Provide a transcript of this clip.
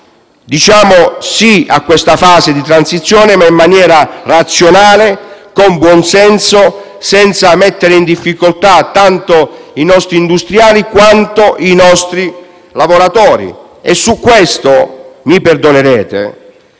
Diciamo sì a questa fase di transizione, ma in maniera razionale, con buonsenso e senza mettere in difficoltà tanto i nostri industriali quanto i nostri lavoratori. Mi perdonerete